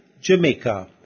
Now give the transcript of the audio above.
Jamaica